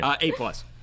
A-plus